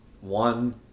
One